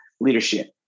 leadership